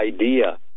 idea